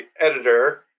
editor